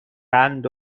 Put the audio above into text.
قند